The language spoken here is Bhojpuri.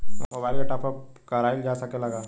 मोबाइल के टाप आप कराइल जा सकेला का?